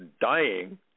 dying